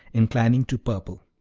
inclining to purple.